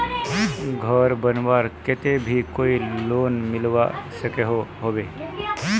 घोर बनवार केते भी कोई लोन मिलवा सकोहो होबे?